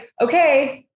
okay